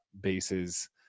bases